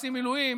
עושים מילואים,